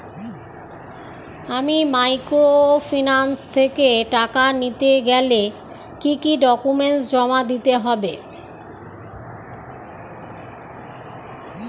আমি মাইক্রোফিন্যান্স থেকে টাকা নিতে গেলে কি কি ডকুমেন্টস জমা দিতে হবে?